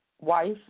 Wife